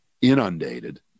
inundated